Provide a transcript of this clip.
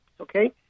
okay